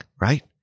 right